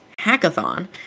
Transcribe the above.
hackathon